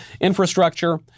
Infrastructure